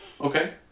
Okay